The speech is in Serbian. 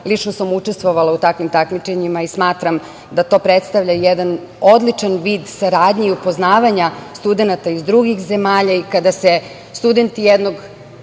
Lično sam učestvovala u takvim takmičenjima i smatram da to predstavlja jedan odličan vid saradnje i upoznavanja studenata iz drugih zemalja i kada se studenti nekog